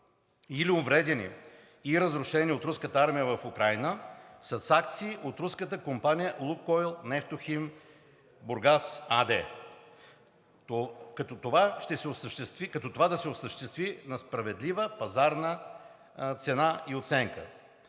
или увредени и разрушени от руската армия в Украйна, с акции от руската компания „Лукойл Нефтохим Бургас“ АД, като това да се осъществи на справедлива пазарна цена и оценка.